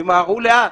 תמהרו לאט.